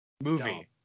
Movie